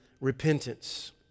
repentance